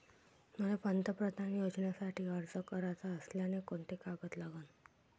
मले पंतप्रधान योजनेसाठी अर्ज कराचा असल्याने कोंते कागद लागन?